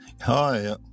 Hi